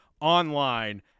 online